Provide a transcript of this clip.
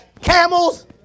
Camel's